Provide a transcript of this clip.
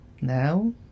now